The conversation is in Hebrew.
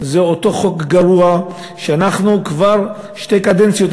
זה אותו חוק גרוע שאנחנו כבר שתי קדנציות,